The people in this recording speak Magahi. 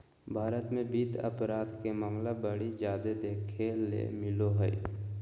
भारत मे वित्त अपराध के मामला बड़ी जादे देखे ले मिलो हय